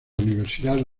universidad